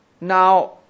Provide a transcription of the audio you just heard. Now